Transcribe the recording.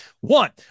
One